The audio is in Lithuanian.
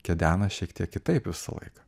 kedena šiek tiek kitaip visą laiką